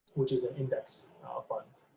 which is an index ah fund.